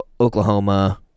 Oklahoma